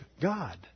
God